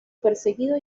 perseguido